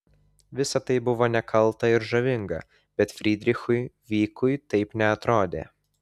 visa tai buvo nekalta ir žavinga bet frydrichui vykui taip neatrodė